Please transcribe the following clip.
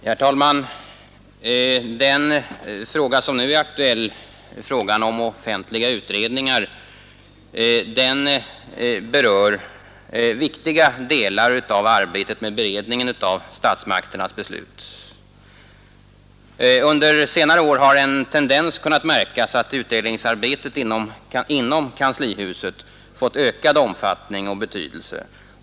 Herr talman! Den fråga som nu är aktuell, frågan om offentliga utredningar, berör viktiga delar av arbetet med beredningen av statsmakternas beslut. Under senare år har en tendens kunnat märkas att utredningsarbetet inom kanslihuset fått ökad omfattning och betydelse.